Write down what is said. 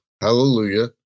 hallelujah